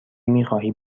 میخواهی